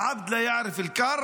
(אומר בערבית:).